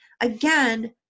again